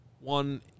One